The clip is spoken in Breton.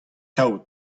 kaout